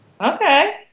Okay